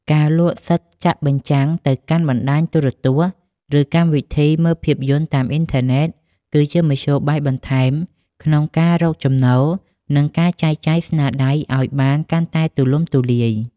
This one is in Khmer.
ការលក់សិទ្ធិចាក់បញ្ចាំងទៅកាន់បណ្ដាញទូរទស្សន៍ ឬកម្មវិធីមើលភាពយន្តតាមអ៊ីនធឺណិត គឺជាមធ្យោបាយបន្ថែមក្នុងការរកចំណូល និងការចែកចាយស្នាដៃឱ្យបានកាន់តែទូលំទូលាយ។